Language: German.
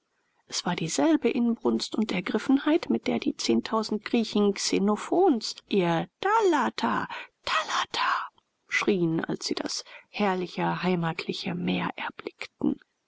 es war dieselbe inbrunst und ergriffenheit mit der die zehntausend griechen xenophons ihr thalatta thalatta schrien als sie das herrliche heimatliche meer erblickten